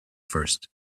first